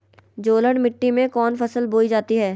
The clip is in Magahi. जलोढ़ मिट्टी में कौन फसल बोई जाती हैं?